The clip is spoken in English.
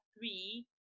three